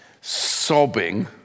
sobbing